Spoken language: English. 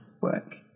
work